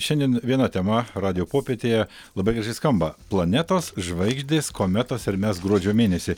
šiandien viena tema radijo popietėje labai gražiai skamba planetos žvaigždės kometos ir mes gruodžio mėnesį